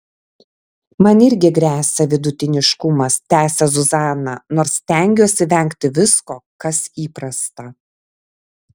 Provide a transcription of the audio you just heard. man irgi gresia vidutiniškumas tęsia zuzana nors stengiuosi vengti visko kas įprasta